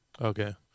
Okay